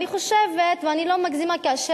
אדוני היושב-ראש, תודה רבה, אדוני השר,